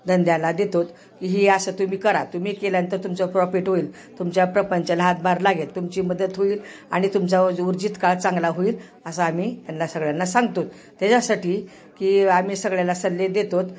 धंद्याला देतोत की ही असं तु्मी करा तुम्ही केल्यानंतर तुमचं प्रॉफिट होईल तुमच्या प्रपंचाला हातभार लागेल तुमची मदत होईल आणि तुमचा उर्जित काळ चांगला होईल असं आम्ही त्यांना सगळ्यांना सांगतो त्याच्यासाठी की आम्ही सगळ्यांना सल्ले देतो